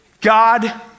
God